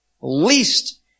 least